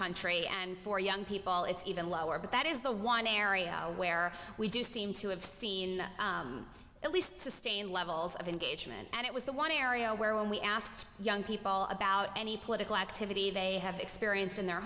country and for young people it's even lower but that is the one area where we do seem to have seen at least sustained levels of engagement and it was the one area where when we asked young people about any political activity they have experience in their